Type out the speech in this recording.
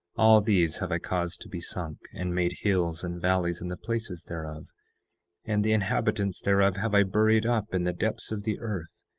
all these have i caused to be sunk, and made hills and valleys in the places thereof and the inhabitants thereof have i buried up in the depths of the earth,